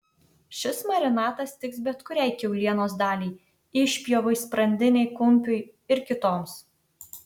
šis marinatas tiks bet kuriai kiaulienos daliai išpjovai sprandinei kumpiui ir kitoms